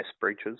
breaches